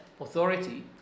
authority